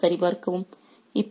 இங்கே மீண்டும் சரிபார்க்கவும்